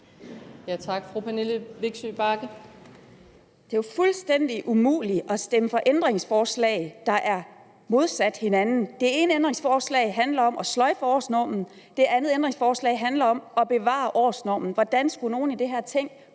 Det er jo fuldstændig umuligt at stemme for ændringsforslag, der er modsat hinanden. Det ene ændringsforslag handler om at sløjfe årsnormen, det andet ændringsforslag handler om at bevare årsnormen. Hvordan skulle nogen i det her Ting